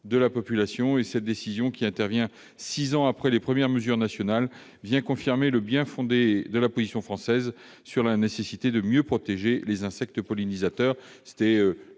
de la population, intervient plus de six ans après les premières mesures nationales et vient confirmer le bien-fondé de la position française sur la nécessité de mieux protéger les insectes pollinisateurs.